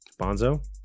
Bonzo